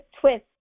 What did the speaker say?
twist